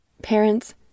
Parents